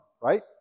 right